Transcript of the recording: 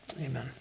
amen